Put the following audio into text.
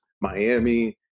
Miami